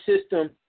system